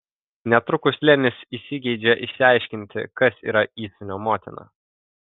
netrukus lenis įsigeidžia išsiaiškinti kas yra įsūnio motina